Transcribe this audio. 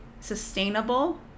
sustainable